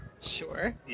Sure